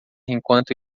enquanto